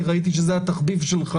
כי ראיתי שזה התחביב שלך